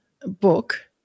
book